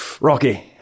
Rocky